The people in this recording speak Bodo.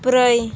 ब्रै